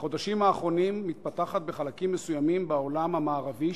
בחודשים האחרונים מתפתחת בחלקים מסוימים בעולם המערבי,